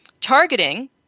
targeting